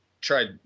tried